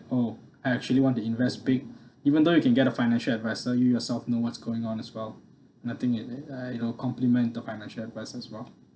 oh actually want to invest big even though you can get a financial advisor you yourself know what's going on as well I think it uh you know compliment to financial advice as well